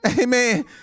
Amen